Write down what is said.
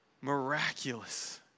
Miraculous